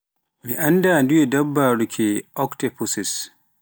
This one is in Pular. Mi annda nduye dabbaru ke